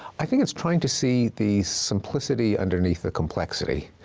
i think it's trying to see the simplicity underneath the complexity,